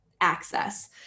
access